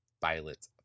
Violet